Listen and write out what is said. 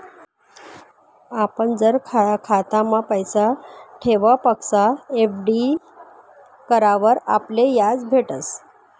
आपण जर खातामा पैसा ठेवापक्सा एफ.डी करावर आपले याज भेटस